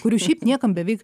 kurių šiaip niekam beveik